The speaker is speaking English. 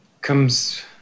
comes